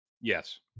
Yes